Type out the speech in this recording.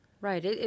Right